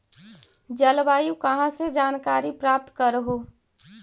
जलवायु कहा से जानकारी प्राप्त करहू?